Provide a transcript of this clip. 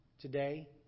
today